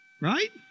right